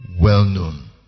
well-known